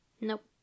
Nope